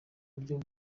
buryo